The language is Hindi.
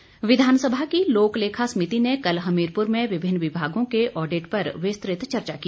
समिति विधानसभा की लोक लेखा समिति ने कल हमीरपुर में विभिन्न विभागों के ऑडिट पर विस्तृत चर्चा की